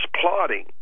plotting